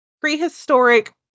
prehistoric